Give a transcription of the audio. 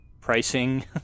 pricing